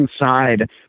inside